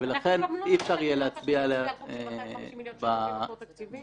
אנחנו גם לא נצביע על חוק של 250 מיליון שקלים בלי מקור תקציבי.